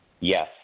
Yes